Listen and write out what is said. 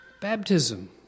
baptism